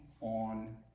on